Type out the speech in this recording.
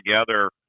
together